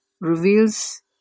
reveals